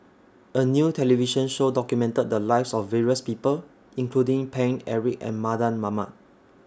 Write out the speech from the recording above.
A New television Show documented The Lives of various People including Paine Eric and Mardan Mamat